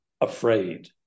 afraid